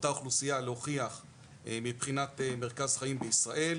אותה אוכלוסייה להוכיח מבחינת מרכז חיים בישראל,